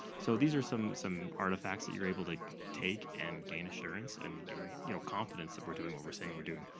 so these are some some artifacts that you're able to take and gain assurance, and gain you know confidence that we're doing what we're saying we're doing.